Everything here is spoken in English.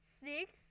six